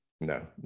No